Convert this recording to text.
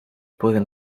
pueden